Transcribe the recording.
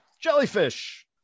Jellyfish